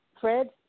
Fred